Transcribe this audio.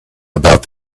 about